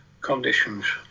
conditions